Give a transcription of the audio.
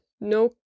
no